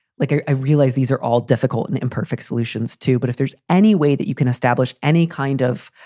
like, i realize these are all difficult and imperfect solutions, too. but if there's any way that you can establish any kind of